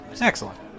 Excellent